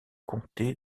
comté